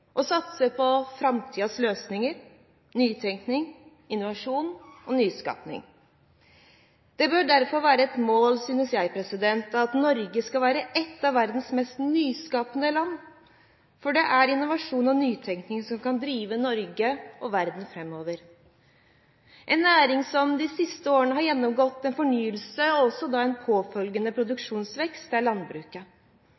satse på framtidens løsninger: nytenkning, innovasjon og nyskaping. Det bør derfor være et mål at Norge skal være et av verdens mest nyskapende land, for det er innovasjon og nytenkning som kan drive Norge og verden framover. En næring som de siste årene har gjennomgått fornyelse og også en påfølgende